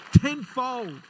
Tenfold